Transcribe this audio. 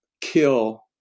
kill